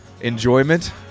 enjoyment